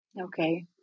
Okay